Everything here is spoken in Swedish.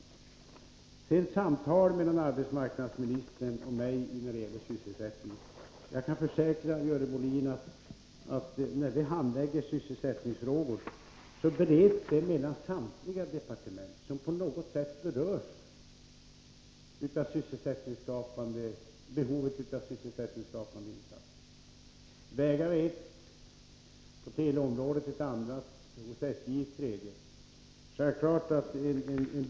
Beträffande samtal mellan arbetsmarknadsministern och mig om sysselsättningen: Jag kan försäkra Görel Bohlin att sysselsättningsfrågor handläggs så att beredningen sker inom samtliga departement som på något sätt är berörda av behovet av sysselsättningsskapande insatser. Det kan gälla vägar, teleområdet och SJ.